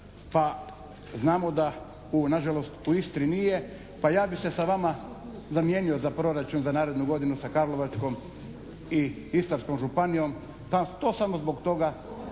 pa znamo da u, nažalost u Istri nije. Pa ja bih se sa vama zamijenio za proračun za narednu godinu sa Karlovačkom i Istarskom županijom. Pa, to samo zbog toga